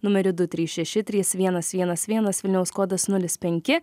numeriu du trys šeši trys vienas vienas vienas vilniaus kodas nulis penki